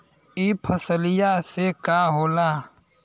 ई फसलिया से का होला?